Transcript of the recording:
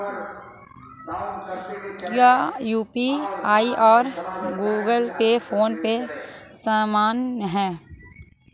क्या यू.पी.आई और Google pay phone pay समान हैं?